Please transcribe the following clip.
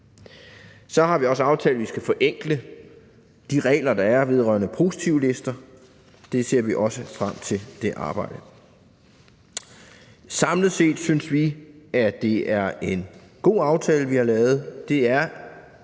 Så har vi også aftalt, at vi skal forenkle de regler, der er, vedrørende positivlister. Det arbejde ser vi også frem til. Samlet set synes vi, at det er en god aftale, vi har lavet; det er